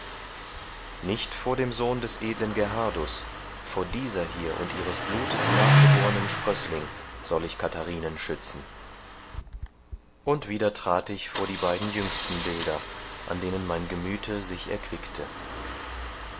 nicht vor dem sohn des edlen gerhardus vor dieser hier und ihres blutes nachgeborenem sprößling soll ich katharinen schützen und wieder trat ich vor die beiden jüngsten bilder an denen mein gemüthe sich erquickte